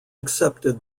accepted